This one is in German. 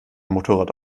motorrad